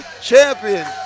champion